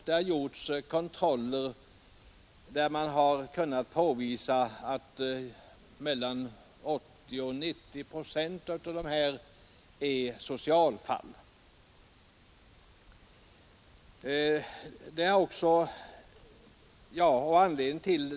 Det har gjorts kontroller som visat att mellan 80 och 90 procent av dessa människor är socialfall.